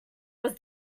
was